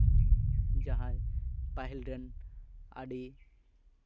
ᱡᱟᱦᱟᱸᱭ ᱯᱟᱹᱦᱤᱞ ᱨᱮᱱ ᱟᱹᱰᱤ